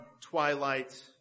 twilight